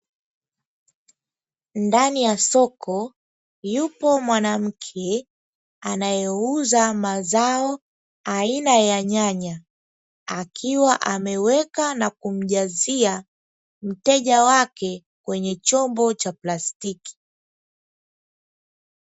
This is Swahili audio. Ndani ya soko yupo mwanamke anayeuza mazao aina ya nyanya, akiwa ameweka na kumjazia mteja wake kwenye chombo cha plastiki.